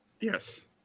yes